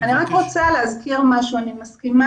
אני רק רוצה להזכיר משהו אני מסכימה